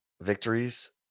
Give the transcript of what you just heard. victories